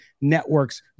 networks